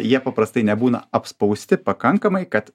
jie paprastai nebūna apspausti pakankamai kad